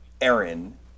Aaron